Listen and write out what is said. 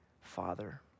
father